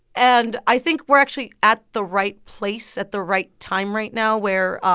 and i think we're actually at the right place at the right time right now where.